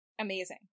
amazing